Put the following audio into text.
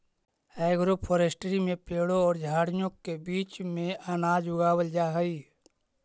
agroforestry में पेड़ों और झाड़ियों के बीच में अनाज उगावाल जा हई